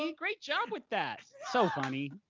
ah great job with that! so funny.